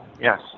Yes